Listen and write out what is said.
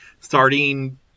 Starting